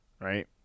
right